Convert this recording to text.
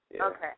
Okay